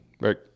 right